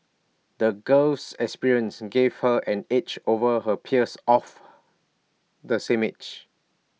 the girl's experiences gave her an edge over her peers of the same age